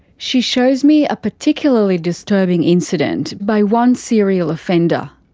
she shows me a particularly disturbing incident by one serial offender.